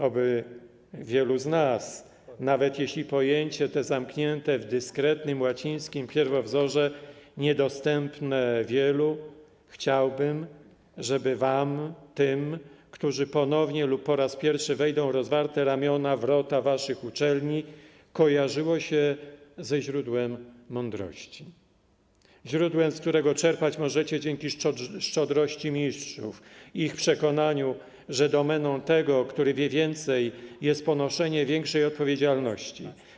Oby wielu z was, nawet jeśli to pojęcie zamknięte w dyskretnym łacińskim pierwowzorze, niedostępne wielu, którzy ponownie lub po raz pierwszy wejdą w rozwarte ramiona, wrota waszych uczelni, kojarzyło się ono ze źródłem mądrości, źródłem, z którego czerpać możecie dzięki szczodrości mistrzów i ich przekonania, że domeną tego, który wie więcej, jest ponoszenie większej odpowiedzialności.